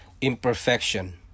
imperfection